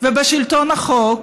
ובשלטון החוק,